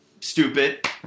Stupid